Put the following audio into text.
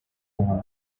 ubu